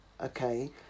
okay